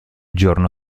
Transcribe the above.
giorno